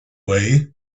way